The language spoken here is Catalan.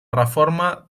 reforma